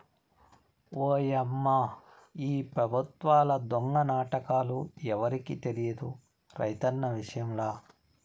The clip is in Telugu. ఓయమ్మా ఈ పెబుత్వాల దొంగ నాటకాలు ఎవరికి తెలియదు రైతన్న విషయంల